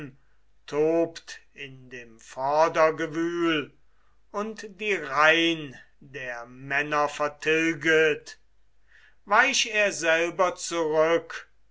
tobt in dem vordergewühl und die reihn der männer vertilget weich er selber zurück